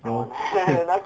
you know 就